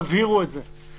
תבהירו את זה.